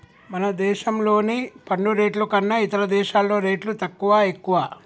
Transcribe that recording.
మన దేశంలోని పన్ను రేట్లు కన్నా ఇతర దేశాల్లో రేట్లు తక్కువా, ఎక్కువా